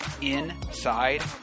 inside